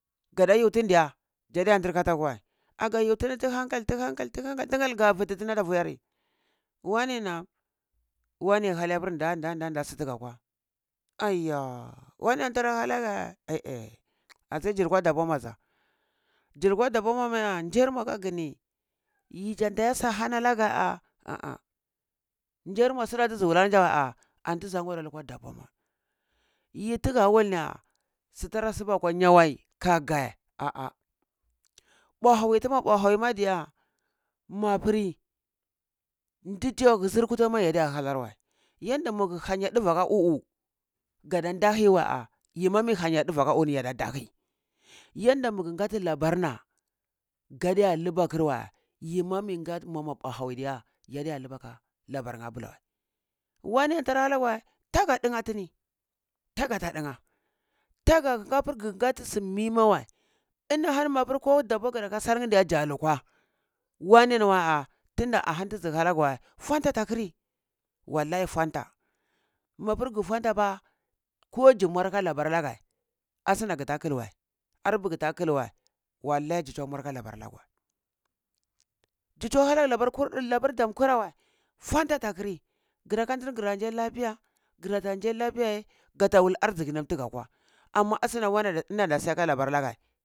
Ga da yhu tini diya dza dija nda katahuweh aga yhu tini ta hankal ka hankal tar hankal ta hankal ga viti tini ata viyari wane na'am wane hanai nda nda su taga kwa aya wane antara hana geh ashe zi lukwa dabwar mwah zi lukwa dabwar muwah ndir muah aka gani yi nzla tiya yeh su ahani ana geh a nzir mwa suda ni tizi wula ahani ni aza anta dza bara lukwa dabwar mwa yi taga wul ni su tara subwa arwa nyaweh ka geh ah-ah mbwa hawi tu ma mbea hawi ma diya ma pari ndi zir kwatawi ma ya hanar weh yanda ma hanya duveh aka uh uh gada ndahi weh yi ma mai hanya duveh aka uh ni ya ndahi yanda maga ganti labarna gadiya lubwa kar weh yi mah me gati ma mwa bwa hawi diya yadiya lubar akar neh abula weh waneh antara hanageh weh tage ndagena tini taga ta ndana taga ha ga ganti su mema weh ina are hani mapar dubwa ga aka sallneh dza lukwa wane ni weh a tunda a hani tizi hana geh weh funta ata kiri wallahi tuntah mapar gi funta weh ko zi mwari aka loabar ana geh asuna gata khul weh arpeh gata khul weh wallahi dzi tuweh mur aka labar ana ghe weh dzi tuweh hana geh labar damo kareh weh funta ata kira ri kara ka ndi gara ndzi lafiya ye gata wul arziki nam ta ga kwa amma ashina wane ini ada siya ka labar ana gyeh.